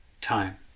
time